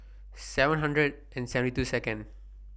seven hundred and seventy Second